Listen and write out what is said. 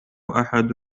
أحد